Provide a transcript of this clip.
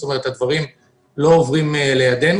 זאת אומרת, הדברים לא עוברים על ידינו.